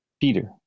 Peter